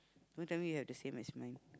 don't tell me you have the same as mine